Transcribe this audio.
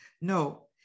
No